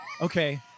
okay